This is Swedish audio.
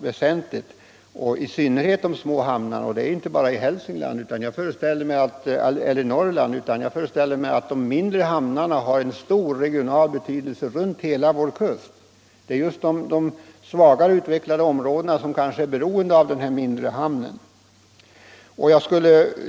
Detta gäller i synnerhet de små hamnarna. Det är inte fallet bara i Norrland, utan jag föreställer mig att de mindre hamnarna har en stor regionalpolitisk betydelse runt hela vår kust. Det är kanske just de svagare utvecklade områdena som är beroende av den mindre hamnen.